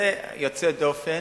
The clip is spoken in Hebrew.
זה יוצא דופן.